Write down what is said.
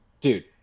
dude